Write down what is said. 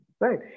Right